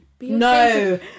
No